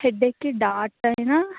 హెడేక్కి డాట్ అయినా